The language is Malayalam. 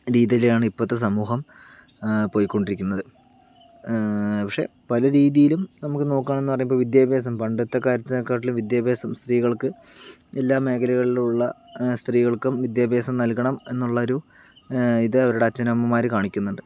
രീതിയിലാണ് ഇപ്പോഴത്തെ സമൂഹം പോയിക്കൊണ്ടിരിക്കുന്നത് പക്ഷേ പല രീതിയിലും നമുക്ക് നോക്കാം എന്ന് പറയുമ്പോൾ വിദ്യാഭ്യാസം പണ്ടത്തെ കാലത്തെ കാട്ടിലും വിദ്യാഭ്യാസം രീതികൾക്ക് എല്ലാ മേഖലകളിലും ഉള്ള സ്ത്രീകൾക്കും വിദ്യാഭ്യാസം നൽകണം എന്നുള്ള ഒരു ഇത് അവരുടെ അച്ഛനമ്മമാര് കാണിക്കുന്നുണ്ട്